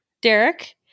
Derek